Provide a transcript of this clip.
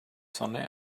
sonne